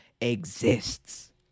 exists